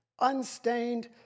unstained